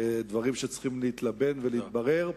דברים שצריכים להתלבן ולהתברר.